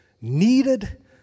needed